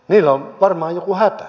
niillä on varmaan joku hätä